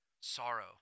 Sorrow